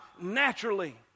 naturally